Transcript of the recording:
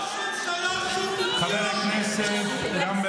ראש ממשלה שהוא מוקיון.